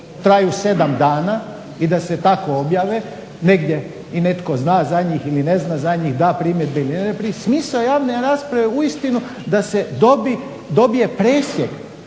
traju 7 dana i da se tako objave negdje i netko zna za njih ili ne zna za njih, da primjedbe ili ne. Smisao javne rasprave je uistinu da se dobije presjek